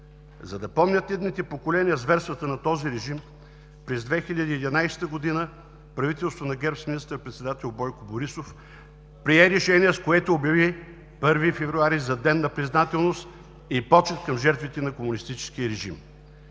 За да помнят идните поколения зверствата на този режим, през 2011 г. правителството на ГЕРБ с министър-председател Бойко Борисов прие решение, с което обяви 1 февруари за Ден на признателност и почит към жертвите на комунистическия режим.